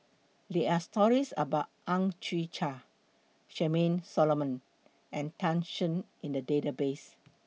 There Are stories about Ang Chwee Chai Charmaine Solomon and Tan Shen in The Database